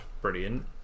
brilliant